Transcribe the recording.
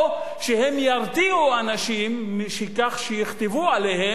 או שהם ירתיעו אנשים מכך שיכתבו עליהם,